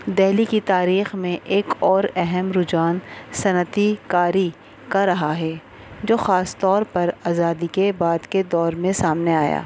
دہلی کی تاریخ میں ایک اور اہم رجحان صنعتی کاری کا رہا ہے جو خاص طور پر آزادی کے بعد کے دور میں سامنے آیا